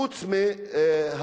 חוץ מזה,